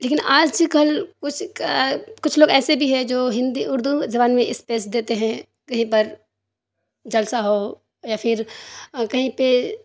لیکن آج کل کچھ کچھ لوگ ایسے بھی ہے جو ہندی اردو زبان میں اسپیس دیتے ہیں کہیں پر جلسہ ہو یا پھر کہیں پہ